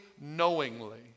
knowingly